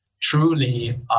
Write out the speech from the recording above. truly